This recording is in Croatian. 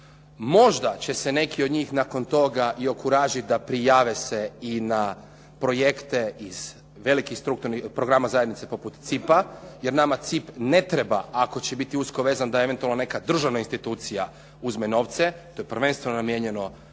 Možda će se neki od njih nakon toga i okuražiti da prijave se i na projekte iz velikih strukturnih programa zajednice poput CIP-a jer nama CIP ne treba ako će biti usko vezan da eventualno neka državna institucija uzme novce. To je prvenstveno namijenjeno